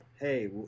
hey